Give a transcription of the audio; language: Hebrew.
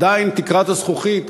עדיין תקרת הזכוכית,